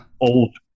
Old